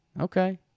Okay